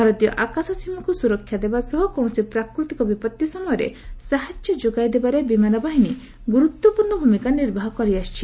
ଭାରତୀୟ ଆକାଶ ସୀମାକୁ ସୁରକ୍ଷା ଦେବା ସହ କୌଣସି ପ୍ରାକୃତିକ ବିପଭି ସମୟରେ ସାହାଯ୍ୟ ଯୋଗାଇ ଦେବାରେ ବିମାନ ବାହିନୀ ଗୁରୁତ୍ୱପୂର୍ଣ୍ଣ ଭୂମିକା ନିର୍ବାହ କରିଆସିଛି